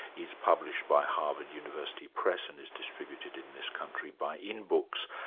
is published by harvard university press and is distributed in this country by in books.